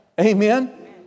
Amen